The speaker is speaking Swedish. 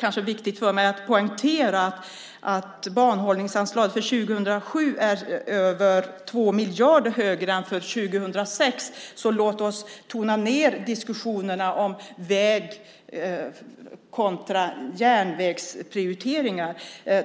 kanske är viktigt för mig att poängtera att banhållningsanslaget för 2007 är över 2 miljarder högre än för 2006. Låt oss därför tona ned diskussionerna om väg kontra järnvägsprioriteringar.